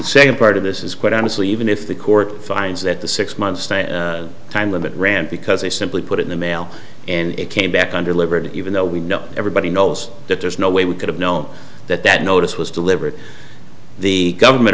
second part of this is quite honestly even if the court finds that the six months time limit ran because they simply put in the mail and it came back on delivered even though we know everybody knows that there's no way we could have known that that notice was deliberate the government